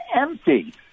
empty